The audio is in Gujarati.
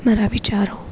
મારા વિચારો